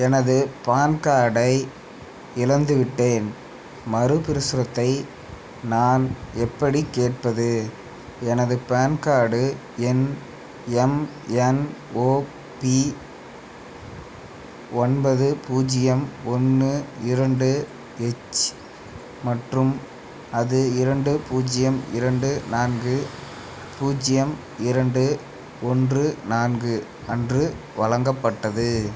எனது பான் கார்டை இழந்துவிட்டேன் மறுப்பிரசுரத்தை நான் எப்படிக் கேட்பது எனது பான் கார்டு எண் எம்என்ஓபி ஒன்பது பூஜ்ஜியம் ஒன்று இரண்டு எச் மற்றும் அது இரண்டு பூஜ்ஜியம் இரண்டு நான்கு பூஜ்ஜியம் இரண்டு ஒன்று நான்கு அன்று வழங்கப்பட்டது